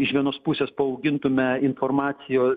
iš vienos pusės paaugintume informacijo